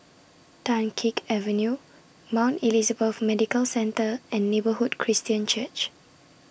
Dunkirk Avenue Mount Elizabeth Medical Centre and Neighbourhood Christian Church